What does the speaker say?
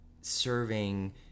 serving